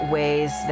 ways